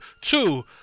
two